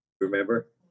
Remember